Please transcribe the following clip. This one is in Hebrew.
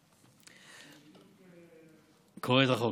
אני בדיוק, קורא את החוק,